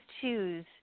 choose